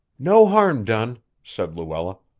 no harm done, said luella.